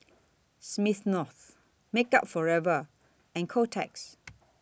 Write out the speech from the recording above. Smirnoff Makeup Forever and Kotex